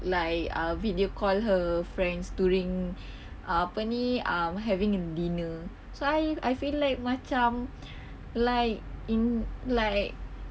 like uh video call her friends during ah apa ni I'm having a dinner so I I feel like macam like in like